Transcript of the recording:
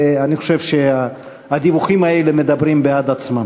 ואני חושב שהדיווחים האלה מדברים בעד עצמם.